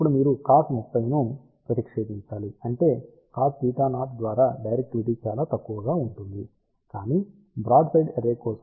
అప్పుడు మీరు కాస్ 300 ను ప్రతిక్షేపించాలి అంటే cosθ0 ద్వారా డైరెక్టివిటీ చాలా తక్కువగా ఉంటుంది కానీ బ్రాడ్సైడ్ అర్రే కోసం θ0 0